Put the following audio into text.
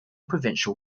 provincial